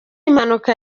impanuka